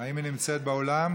האם היא נמצאת באולם?